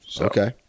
Okay